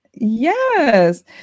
Yes